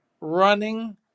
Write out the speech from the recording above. running